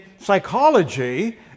Psychology